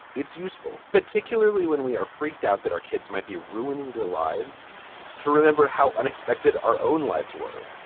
it's useful, particularly when we are freaked out that our kids might be ruining their lives to remember how unexpected our own lives were.